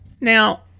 Now